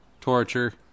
Torture